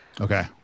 Okay